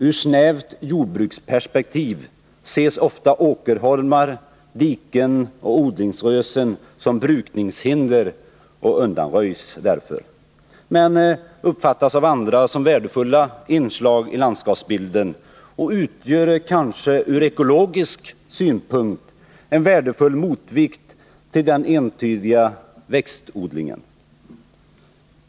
Ur snävt jordbruksperspektiv ses åkerholmar, diken och odlingsrösen ofta som brukningshinder och undanröjs därför, men i andra fall kan de uppfattas som värdefulla inslag i landskapsbilden och utgör kanske ur ekologisk synpunkt en värdefull motvikt till den ensidiga växtodlingen.